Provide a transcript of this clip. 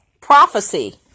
prophecy